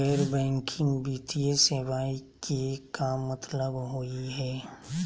गैर बैंकिंग वित्तीय सेवाएं के का मतलब होई हे?